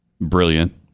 brilliant